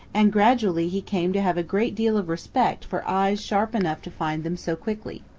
and gradually he came to have a great deal of respect for eyes sharp enough to find them so quickly.